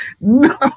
No